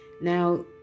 Now